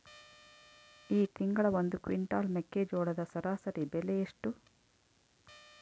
ಈ ತಿಂಗಳ ಒಂದು ಕ್ವಿಂಟಾಲ್ ಮೆಕ್ಕೆಜೋಳದ ಸರಾಸರಿ ಬೆಲೆ ಎಷ್ಟು?